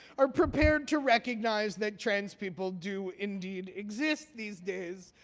are prepared to recognize that transpeople do indeed exist these days,